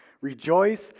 Rejoice